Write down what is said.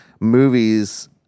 movies